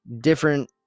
different